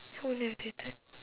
how you know if they have time